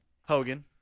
Hogan